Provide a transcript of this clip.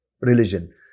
religion